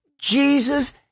Jesus